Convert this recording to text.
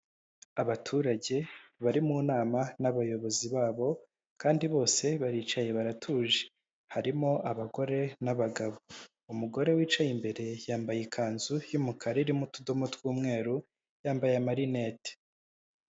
Abaturage bari mu nama n'abayobozi babo kandi bose baricaye baratuje, harimo abagore n'abagabo umugore wicaye imbere yambaye ikanzu y'umukara irimo utudomo tw'umweru yambaye amarinete.